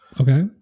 Okay